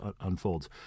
unfolds